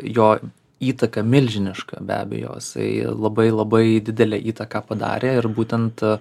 jo įtaka milžiniška be abejo jisai labai labai didelę įtaką padarė ir būtent